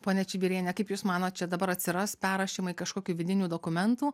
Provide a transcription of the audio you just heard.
ponia čibiriene kaip jūs manot čia dabar atsiras perrašymai kažkokių vidinių dokumentų